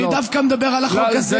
אני דווקא מדבר על החוק הזה,